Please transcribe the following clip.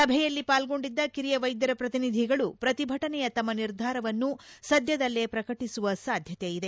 ಸಭೆಯಲ್ಲಿ ಪಾಲ್ಗೊಂಡಿದ್ದ ಕಿರಿಯ ವೈದ್ಯರ ಪ್ರತಿನಿಧಿಗಳು ಪ್ರತಿಭಟನೆಯ ತಮ್ಮ ನಿರ್ಧಾರವನ್ನು ಸದ್ಯದಲ್ಲೇ ಪ್ರಕಟಸುವ ಸಾಧ್ಯತೆಯಿದೆ